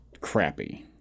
crappy